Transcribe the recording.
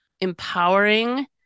empowering